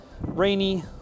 Rainy